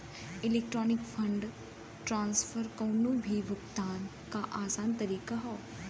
electronic fund transfer कउनो भी भुगतान क आसान तरीका हौ